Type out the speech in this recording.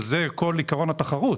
וזה כל עיקרון התחרות.